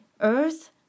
Earth